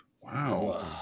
Wow